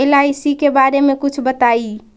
LIC के बारे मे कुछ बताई?